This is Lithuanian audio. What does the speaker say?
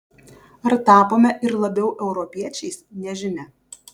ar tapome ir labiau europiečiais nežinia